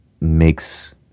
makes